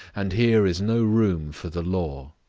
and here is no room for the law.